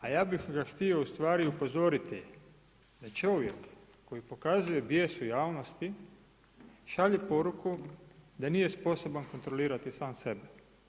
A ja bih ga htio ustvari upozoriti da čovjek koji pokazuje bijes u javnosti, šalje poruku da nije sposoban kontrolirati sam sebe.